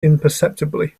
imperceptibly